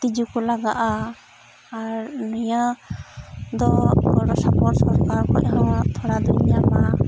ᱛᱤᱡᱩ ᱠᱚ ᱞᱟᱜᱟᱜᱼᱟ ᱟᱨ ᱱᱤᱭᱟᱹ ᱫᱚ ᱜᱚᱲᱚ ᱥᱚᱯᱚᱦᱚᱫ ᱥᱚᱨᱠᱟᱨ ᱠᱷᱚᱡ ᱦᱚᱸ ᱛᱷᱚᱲᱟ ᱫᱚᱧ ᱧᱟᱢᱟ